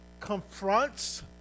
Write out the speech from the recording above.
confronts